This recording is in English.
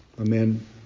amen